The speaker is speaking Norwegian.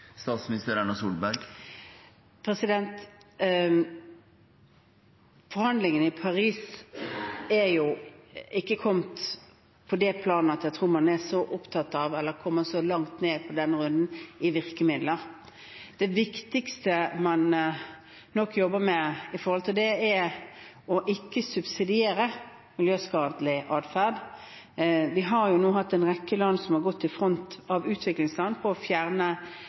Forhandlingene i Paris tror jeg ikke er kommet til det stadium i denne runden at man ennå er så opptatt av virkemidlene. Det viktigste man nok jobber med knyttet til dette, er å ikke subsidiere miljøskadelig atferd. Vi har nå hatt en rekke utviklingsland som har gått i front med å fjerne subsidiene man har på